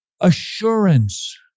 assurance